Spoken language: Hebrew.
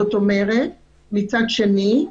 מצד שני,